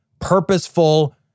purposeful